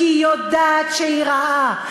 כי היא יודעת שהיא רעה.